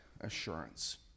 assurance